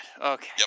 Okay